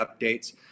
updates